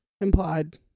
implied